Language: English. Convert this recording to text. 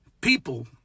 People